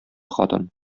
хатын